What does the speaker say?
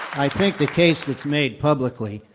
i think the case that's made publicly,